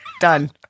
Done